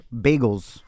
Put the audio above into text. Bagels